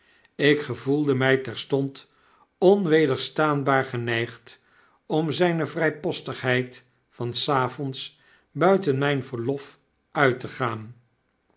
ik gevoelde mij terstond onwederstaanbaar geneigd om zynevrypostigheid van s avonds buitenmyn verlofuit te gaan